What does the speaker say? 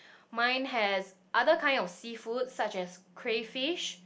mine has other kind of seafood such as crayfish